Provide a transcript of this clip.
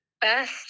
best